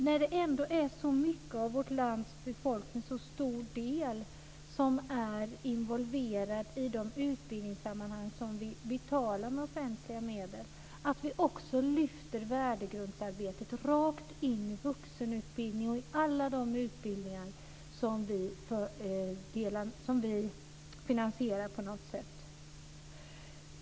När det ändå är en så stor del av vårt lands befolkning som är involverad i de utbildningssammanhang som vi betalar med offentliga medel ser jag det som viktigt att vi också lyfter värdegrundsarbetet rakt in i vuxenutbildningen och i alla de utbildningar som vi finansierar på något sätt.